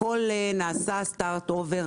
הכול נעשה Start over.